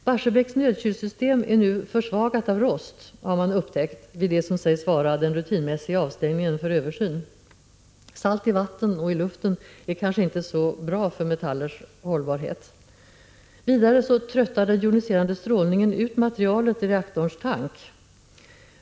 Barsebäcks nödkylsystem är nu försvagat av rost. Detta har man upptäckt vid det som sägs vara den rutinmässiga avstängningen för översyn. Salt i vatten och luft är kanske inte så bra för metallers hållbarhet. Vidare tröttar den joniserande strålningen ut materialet i reaktorns tank.